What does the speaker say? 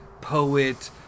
poet